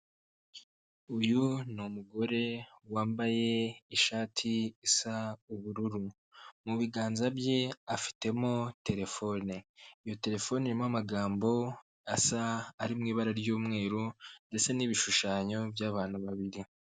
Uyu ni umugore wambaye ishati isa ubururu, mu biganza bye afitemo terefone, iyo telefone irimo amagambo asa ari mu ibara ry'umweru, ndetse n'ibishushanyo by'abantu babiri.